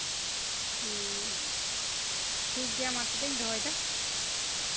ᱦᱮᱸ ᱴᱷᱤᱠ ᱜᱮᱭᱟ ᱢᱟ ᱛᱟᱦᱞᱮᱧ ᱫᱚᱦᱚᱭᱮᱫᱟ